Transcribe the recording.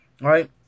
Right